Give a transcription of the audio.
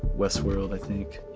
westworld, i think.